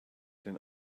den